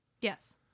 yes